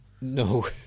No